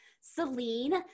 Celine